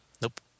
Nope